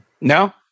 No